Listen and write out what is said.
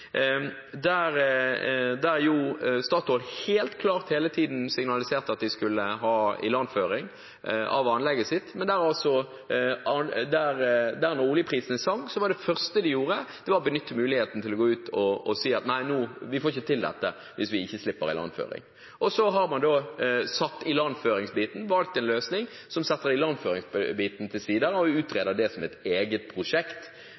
der Statoil helt klart hele tiden signaliserte at de skulle ha ilandføring til et anlegg på fastlandet, men det første de gjorde da oljeprisen sank, var å benytte muligheten til å gå ut og si at de ikke fikk til dette hvis de ikke slapp ilandføring. Så har man valgt en løsning som setter ilandføringsbiten til side og